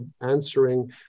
answering